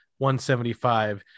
175